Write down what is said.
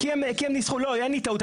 לא, אין לי טעות.